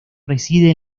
reside